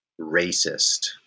racist